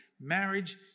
Marriage